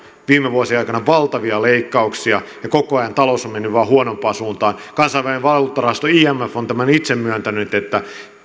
viime vuosien aikana valtavia leikkauksia ja koko ajan talous on mennyt vain huonompaan suuntaan kansainvälinen valuuttarahasto imf on tämän itse myöntänyt että